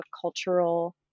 cultural